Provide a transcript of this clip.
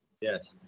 Yes